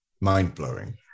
mind-blowing